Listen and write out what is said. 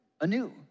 anew